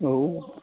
औ